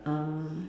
uh